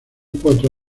cuatro